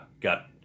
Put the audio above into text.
got